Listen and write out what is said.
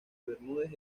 bermúdez